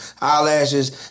eyelashes